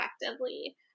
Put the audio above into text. effectively